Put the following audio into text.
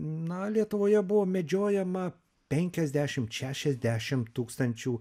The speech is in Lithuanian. na lietuvoje buvo medžiojama penkiasdešim šešiasdešim tūkstančių